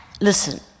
listen